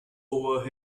over